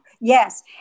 Yes